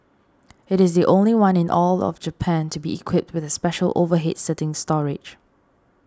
it is the only one in all of Japan to be equipped with the special overhead seating storage